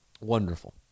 Wonderful